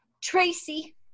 Tracy